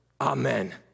Amen